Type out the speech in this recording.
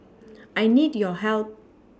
I need your help